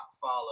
follow